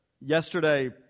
Yesterday